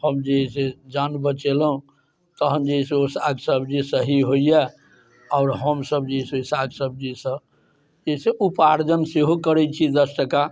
तब जे है से जान बचेलहुँ तहन जे है से ओ साग सब्जी सही होइए आओर हमसब जे से साग सब्जीसँ जैसँ उपार्जन सेहो करै छियै दस टाका